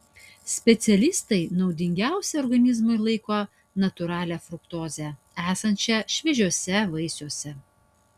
specialistai naudingiausia organizmui laiko natūralią fruktozę esančią šviežiuose vaisiuose